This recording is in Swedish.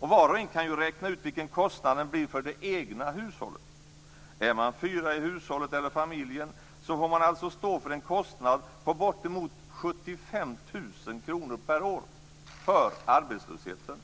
Var och en kan ju räkna ut vilken kostnaden blir för det egna hushållet. Är man fyra i hushållet eller familjen får man alltså stå för en kostnad på bortemot 75 000 kr per år för arbetslösheten.